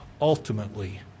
ultimately